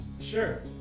Sure